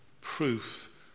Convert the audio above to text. proof